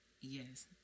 Yes